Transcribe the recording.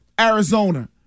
Arizona